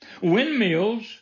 Windmills